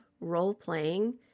role-playing